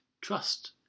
trust